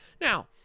Now